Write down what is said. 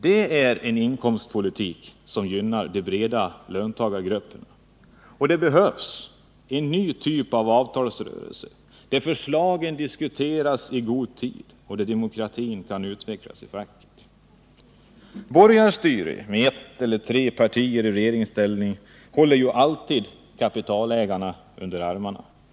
Det är en inkomstpolitik som gynnar de breda löntagargrupperna. Det behövs en ny typ av avtalsrörelse, där förslagen diskuteras i tid och demokratin kan utvecklas i facket. Borgarstyre med ett eller tre partier i regeringsställning håller alltid kapitalägarna under armarna.